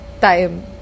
time